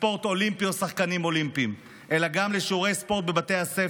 לספורט אולימפי או לשחקנים אולימפיים אלא גם לשיעורי ספורט בבתי הספר.